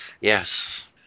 Yes